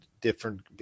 different